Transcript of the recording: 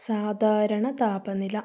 സാധാരണ താപനില